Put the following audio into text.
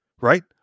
right